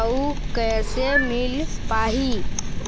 अउ कैसे मील पाही?